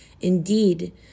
Indeed